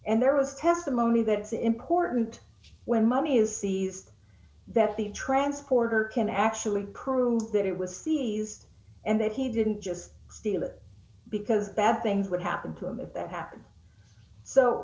and there was testimony that it's important when money is seized that the transporter can actually prove that it was seized and that he didn't just steal it because bad things would happen to him if that happened so